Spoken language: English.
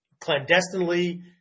clandestinely